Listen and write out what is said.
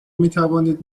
میتوانید